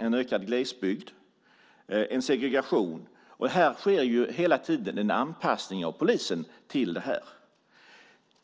en ökad glesbygd och segregation. Det sker hela tiden en anpassning av polisen till det här.